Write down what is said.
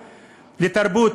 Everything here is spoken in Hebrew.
לתרבות,